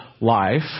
life